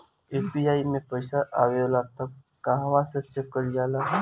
UPI मे पइसा आबेला त कहवा से चेक कईल जाला?